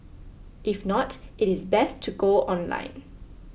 if not it is best to go online